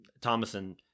Thomason